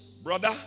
Brother